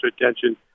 attention